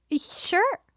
Sure